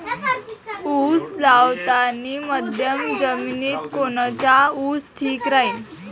उस लावतानी मध्यम जमिनीत कोनचा ऊस ठीक राहीन?